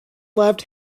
left